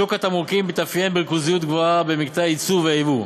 שוק התמרוקים מתאפיין בריכוזיות גבוהה במקטע הייצור והייבוא.